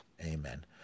Amen